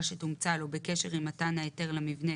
שתומצא לו בקשר עם מתן ההיתר למבנה